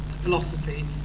philosophy